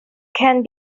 can